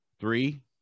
three